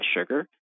sugar